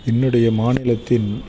என்னுடைய மாநிலத்தின்